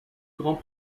grand